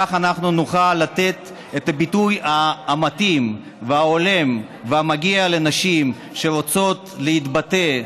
כך אנחנו נוכל לתת את הביטוי המתאים וההולם והמגיע לנשים שרוצות להתבטא,